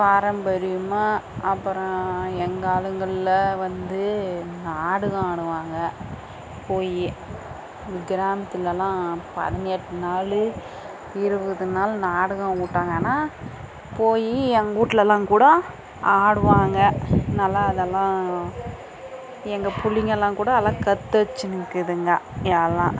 பாரம்பரியம்மாக அப்புறோம் எங்கள் ஆளுங்கள்ல வந்து நாடகம் ஆடுவாங்க போய் கிராம்த்துலலாம் பதிகேட்னாலே இருபது நாள் நாடகம் விட்டாங்கனா போய் எங்ககூட்லலாங்கூட ஆடுவாங்க நல்லா அதல்லாம் எங்கள் பிள்ளைங்கயெல்லான் கூட எல்லா கற்று வெச்சுனுங்கீதுங்க எல்லான்